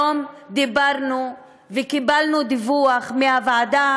והיום דיברנו וקיבלנו דיווח מוועדת